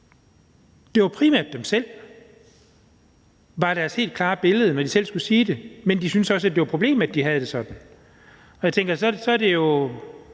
det var primært dem selv. Det var deres helt klare billede, når de selv skulle sige det, men de syntes også, at det var et problem, at de havde det sådan. Så tænker jeg, at det ikke